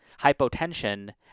hypotension